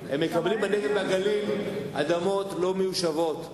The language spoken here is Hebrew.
הם מקבלים בנגב ובגליל אדמות לא מיושבות.